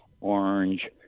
orange